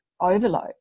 overload